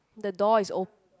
the door is op~